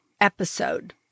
episode